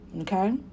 okay